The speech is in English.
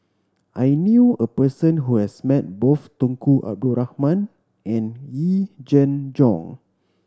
I knew a person who has met both Tunku Abdul Rahman and Yee Jenn Jong